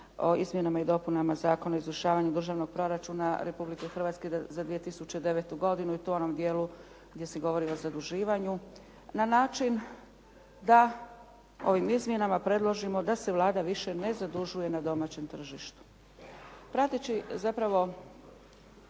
o izmjenama i dopunama Zakona o izvršavanju Državnog proračuna Republike Hrvatske za 2009. godinu i to u onom dijelu gdje se govori o zaduživanju na način da ovim izmjenama predložimo da se Vlada više ne zadužuje na domaćem tržištu. Prateći zapravo